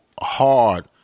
hard